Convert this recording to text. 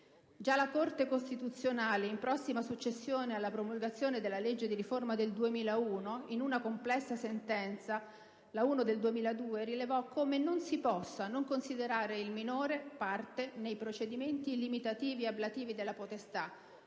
Già la Corte costituzionale in prossima successione alla promulgazione della legge di riforma del 2001, in una complessa sentenza, la n. l del 2002, rilevò come non si possa non considerare il minore parte nei procedimenti limitativi e ablativi della potestà